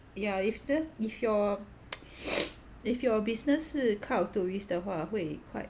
ya if this if you're if your business 是靠 tourists 的话会 quite